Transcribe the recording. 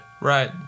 Right